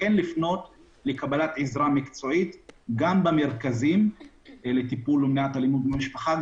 לפנות לקבלת עזרה מקצועית גם במרכזים לטיפול ומניעת אלימות במשפחה,